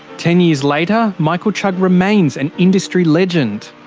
ten years later michael chugg remains an industry legend,